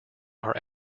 are